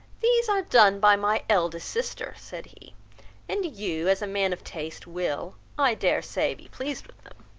these are done by my eldest sister, said he and you, as a man of taste, will, i dare say, be pleased with them.